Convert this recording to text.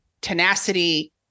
tenacity